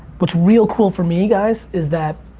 what's real cool for me, guys, is that